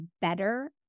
better